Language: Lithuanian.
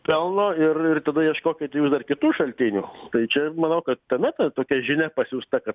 pelno ir ir tada ieškokit jūs dar kitų šaltinių tai čia manau kad tame ta tokia žinia pasiųsta kad